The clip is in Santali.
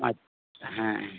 ᱟᱪᱪᱷᱟ ᱦᱮᱸ